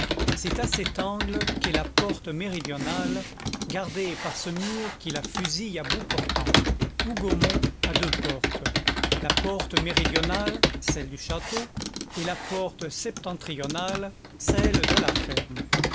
c'est à cet angle qu'est la porte méridionale gardée par ce mur qui la fusille à bout portant hougomont a deux portes la porte méridionale celle du château et la porte septentrionale celle de la ferme